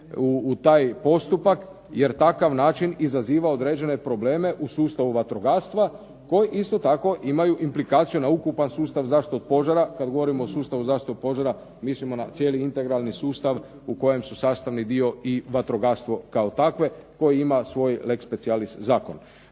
u taj postupak jer takav način izaziva određene probleme u sustavu vatrogastva koji isto tako imaju implikaciju na ukupan sustav zaštite od požara, kad govorim o sustavu zaštite od požara mislimo na cijeli integralni sustav u kojem su sastavni dio i vatrogastvo kao takve, koji ima svoj leg specialis zakon.